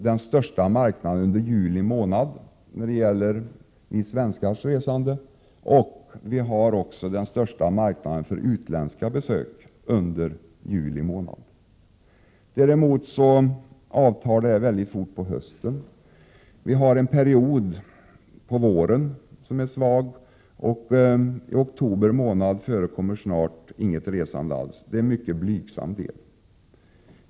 Den största marknaden när det gäller svenskars resande är under juli månad, och vi har också den största marknaden för utländska besök under juli månad. Men resandet avtar fort på hösten. Vi har en period på våren som är svag, och i oktober månad förekommer knappt något resande alls, det är mycket blygsamt.